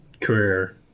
career